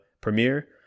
premiere